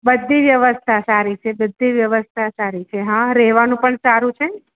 બધી વ્યવસ્થા સારી છે બધી વ્યવસ્થા સારી છે હા રહેવાનું પણ સારું છે